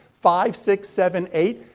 five, six, seven, eight.